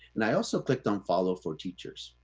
and i also clicked on follow for teachers,